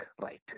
right